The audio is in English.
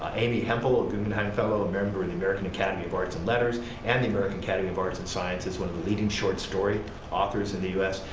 amy hempel, ah guggenheim fellow and a member of the american academy of arts and letters and the american academy of arts and sciences, one of the leading short story authors in the us.